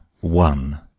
one